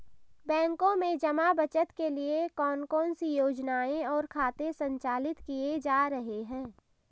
बैंकों में जमा बचत के लिए कौन कौन सी योजनाएं और खाते संचालित किए जा रहे हैं?